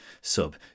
sub